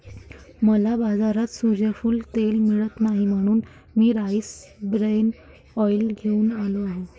मला बाजारात सूर्यफूल तेल मिळत नाही म्हणून मी राईस ब्रॅन ऑइल घेऊन आलो आहे